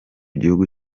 gihugu